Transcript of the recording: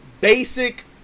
basic